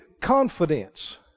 confidence